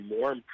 more